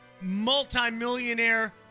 multimillionaire